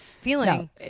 Feeling